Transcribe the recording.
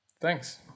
thanks